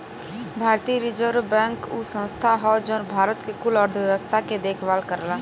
भारतीय reserve bank उ संस्था हौ जौन भारत के कुल अर्थव्यवस्था के देखभाल करला